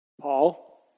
Paul